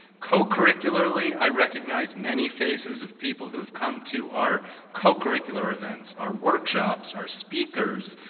co-curricularly, i recognize many faces of people who have come to our cocurricular events, our workshops, our speakers,